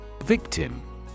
Victim